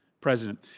president